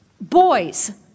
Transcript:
Boys